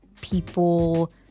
people